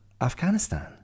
Afghanistan